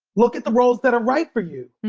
look at the roles that are right for you